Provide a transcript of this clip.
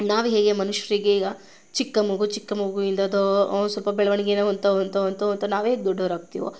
ನಾವು ಹೇಗೆ ಮನುಷ್ಯರಿಗೆ ಈಗ ಚಿಕ್ಕ ಮಗು ಚಿಕ್ಕ ಮಗುವಿಂದ ದೋ ಸ್ವಲ್ಪ ಬೆಳವಣಿಗೆನ ಹೊಂದ್ತಾ ಹೊಂದ್ತಾ ಹೊಂದ್ತಾ ನಾವು ಹೇಗೆ ದೊಡ್ಡವರಾಗ್ತೀವೋ